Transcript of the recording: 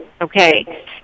Okay